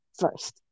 first